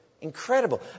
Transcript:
Incredible